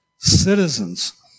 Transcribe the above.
citizens